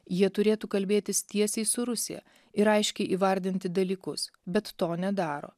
jie turėtų kalbėtis tiesiai su rusija ir aiškiai įvardinti dalykus bet to nedaro